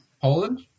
Poland